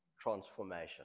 transformation